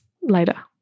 later